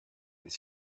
his